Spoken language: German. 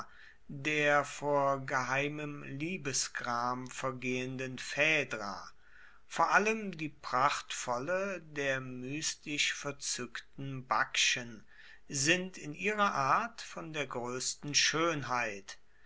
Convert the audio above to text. der vor geheimem liebesgram vergehenden phaedra vor allem die prachtvolle der mystisch verzueckten bakchen sind in ihrer art von der groessten schoenheit